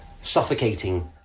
suffocating